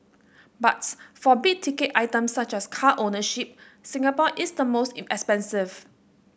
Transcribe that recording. but for big ticket items such as car ownership Singapore is the most in expensive